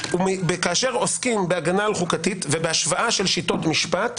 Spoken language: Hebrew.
כאשר עוסקים בהגנה על חוקתית ובהשוואה של שיטות משפט,